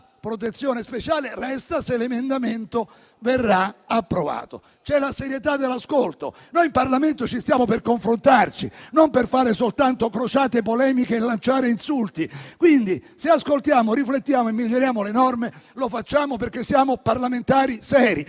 protezione speciale, resta se l'emendamento verrà approvato. C'è la serietà dell'ascolto: noi in Parlamento ci stiamo per confrontarci, non per fare soltanto crociate polemiche e lanciare insulti. Quindi, se ascoltiamo, riflettiamo e miglioriamo le norme, lo facciamo perché siamo parlamentari seri,